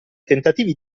tentativi